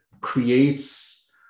creates